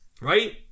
Right